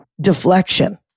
deflection